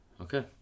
Okay